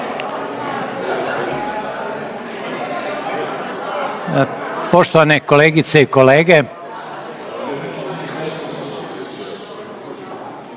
dragi kolegice i kolege.